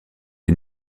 est